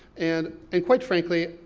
and and quite frankly,